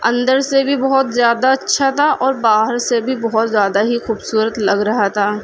اندر سے بھی بہت زیادہ اچھا تھا اور باہر سے بھی بہت زیادہ ہی خوبصورت لگ رہا تھا